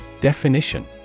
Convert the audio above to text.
Definition